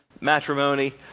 matrimony